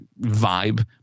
vibe